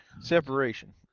separation